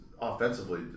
offensively